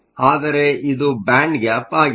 ಆದರೆ ಇದು band gap ಆಗಿದೆ